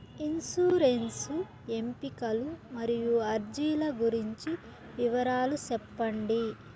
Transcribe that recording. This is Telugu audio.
ఇన్సూరెన్సు ఎంపికలు మరియు అర్జీల గురించి వివరాలు సెప్పండి